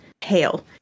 hail